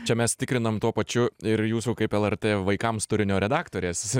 čia mes tikrinam tuo pačiu ir jūsų kaip lrt vaikams turinio redaktorės